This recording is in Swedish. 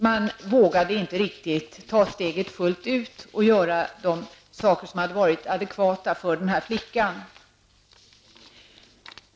Man vågade inte riktigt ta steget fullt ut och göra de saker som hade varit adekvata för denna flicka.